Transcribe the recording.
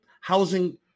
housing